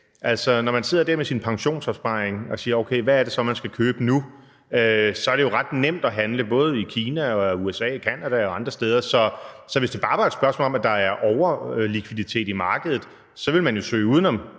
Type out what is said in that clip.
dag. Når man sidder der med sin pensionsopsparing og siger, at okay, hvad er det så, man skal købe nu, er det ret nemt at handle, både i Kina og i USA og i Canada og andre steder. Så hvis det bare var et spørgsmål om, at der er overlikviditet i markedet, så ville man jo søge uden om